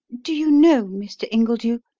do you know, mr. ingledew,